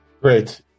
Great